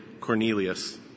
Cornelius